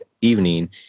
evening